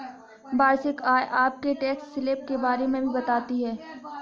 वार्षिक आय आपके टैक्स स्लैब के बारे में भी बताती है